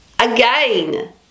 again